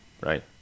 right